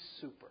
super